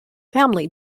family